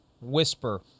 whisper